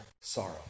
sorrow